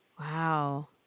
Wow